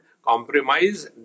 Compromise